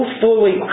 fully